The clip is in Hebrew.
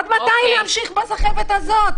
עד מתי נמשיך בסחבת הזאת?